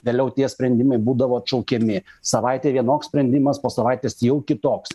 vėliau tie sprendimai būdavo atšaukiami savaitę vienoks sprendimas po savaitės jau kitoks